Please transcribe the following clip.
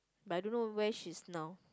but I don't know where she's now